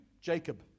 Jacob